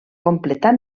completar